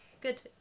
Good